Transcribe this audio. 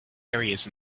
areas